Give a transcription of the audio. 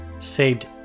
saved